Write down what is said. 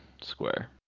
square